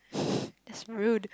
that's rude